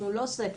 שהוא לא סקטור,